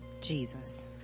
Jesus